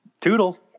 Toodles